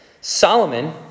Solomon